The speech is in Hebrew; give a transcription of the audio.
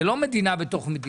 זה לא מדינה בתוך מדינה,